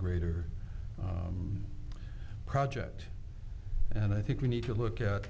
greater project and i think we need to look at